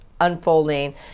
unfolding